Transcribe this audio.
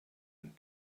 and